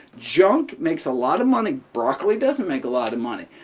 junk makes a lot of money. broccoli doesn't make a lot of money.